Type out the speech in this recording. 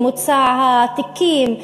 ממוצע התיקים,